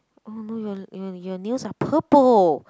oh no your your your nails are purple